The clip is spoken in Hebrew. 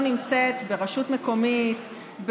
אין שבוע שאני לא נמצאת ברשות מקומית,